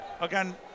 Again